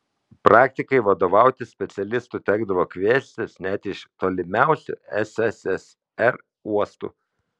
praktikai vadovauti specialistų tekdavo kviestis net iš tolimiausių sssr uostų